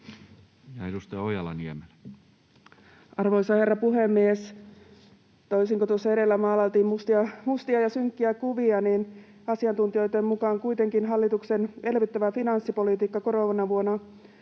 Time: 17:21 Content: Arvoisa herra puhemies! Toisin kuin tuossa edellä maalailtiin mustia ja synkkiä kuvia, asiantuntijoitten mukaan kuitenkin hallituksen elvyttävä finanssipolitiikka koronavuonna